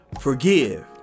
Forgive